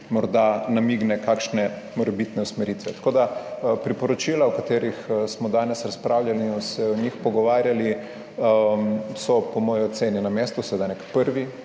morda namigne kakšne morebitne usmeritve. Tako da, priporočila, o katerih smo danes razpravljali in se o njih pogovarjali so, po moji oceni, na mestu - seveda nek prvi